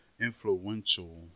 influential